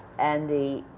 and the